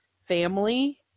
family